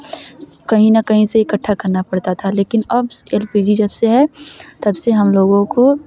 कहीं ना कहीं से इकट्ठा करना पड़ता था लेकिन अब एल पी जी जब से है तब से हम लोगों को